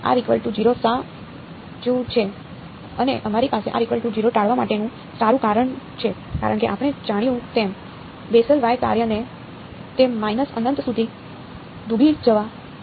સાચું છે અને અમારી પાસે ટાળવા માટેનું સારું કારણ છે કારણ કે આપણે જાણ્યું તેમ બેસલ કાર્યને તે માઈનસ અનંત સુધી ડૂબી જવા દો